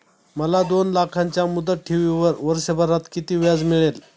मला दोन लाखांच्या मुदत ठेवीवर वर्षभरात किती व्याज मिळेल?